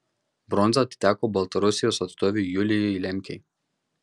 bronza atiteko baltarusijos atstovei julijai lemkei